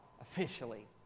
officially